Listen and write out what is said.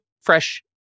fresh